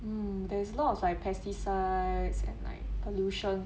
mm there's lots of like pesticides and like pollution